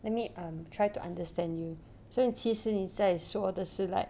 let me um try to understand you 所以其实你在说的是 like